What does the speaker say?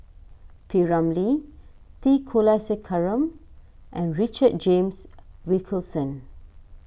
P Ramlee T Kulasekaram and Richard James Wilkinson